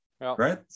right